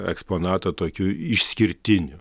eksponatą tokiu išskirtiniu